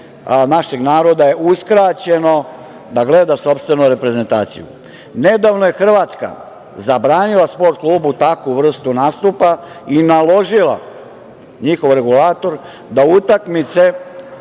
našeg naroda je uskraćeno da gleda sopstvenu reprezentaciju. Nedavno je Hrvatska zabranila „Sport klubu“ takvu vrstu nastupa i naložila njihov regulator da utakmice